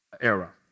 era